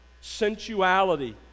sensuality